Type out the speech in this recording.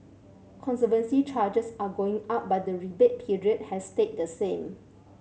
conservancy charges are going up but the rebate period has stayed the same